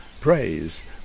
Praise